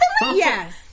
Yes